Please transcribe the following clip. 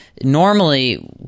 normally